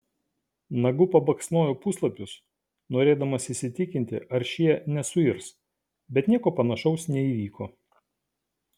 nagu pabaksnojo puslapius norėdamas įsitikinti ar šie nesuirs bet nieko panašaus neįvyko